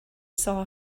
saw